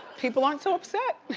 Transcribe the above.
people aren't so upset!